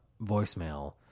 voicemail